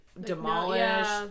demolished